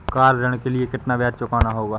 Car ऋण के लिए कितना ब्याज चुकाना होगा?